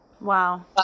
Wow